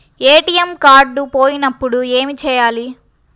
ATM card పోయినప్పుడు ఏమి చేయాలి?